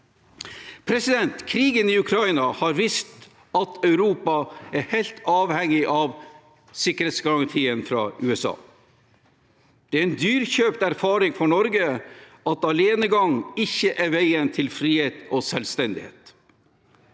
Krigen i Ukraina har vist at Europa er helt avhengig av sikkerhetsgarantien fra USA. Det er en dyrekjøpt erfaring for Norge at alenegang ikke er veien til frihet og selvstendighet.